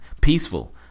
peaceful